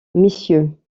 messieurs